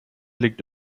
liegt